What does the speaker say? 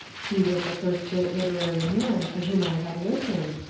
he was the first great literary man to whom i had listened,